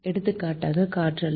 எடுத்துக்காட்டாக காற்றாலை